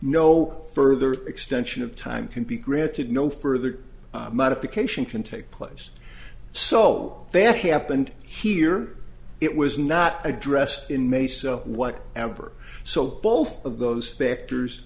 no further extension of time can be granted no further modification can take place so that happened here it was not addressed in may so what ever so both of those factors